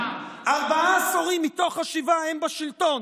ארבעה עשורים מתוך השבעה הם בשלטון,